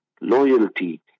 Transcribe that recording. loyalty